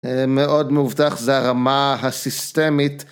מאוד מובטח זה הרמה הסיסטמית...